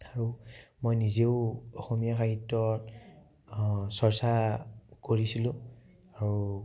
আৰু মই নিজেও অসমীয়া সাহিত্যৰ চৰ্চা কৰিছিলোঁ আৰু